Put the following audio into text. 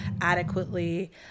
adequately